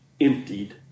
emptied